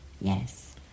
Yes